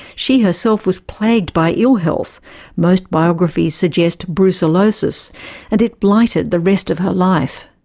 she herself was plagued by ill-health most biographies suggest brucellosis and it blighted the rest of her life.